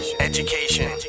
education